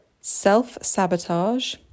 self-sabotage